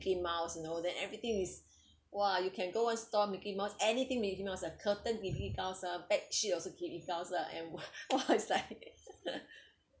mickey mouse you know then everything is !wah! you can go one store mickey mouse anything mickey mouse ah curtain mickey mouse ah bedsheet also mickey mouse ah and what what it's like